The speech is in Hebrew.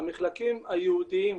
המִחלקים הייעודיים,